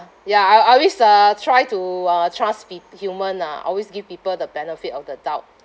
ya I I always uh try to uh trust peo~ human ah always give people the benefit of the doubt